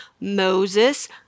Moses